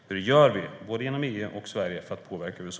Hur gör vi både inom EU och från Sverige för att påverka USA?